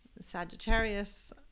Sagittarius